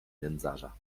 nędzarza